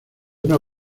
una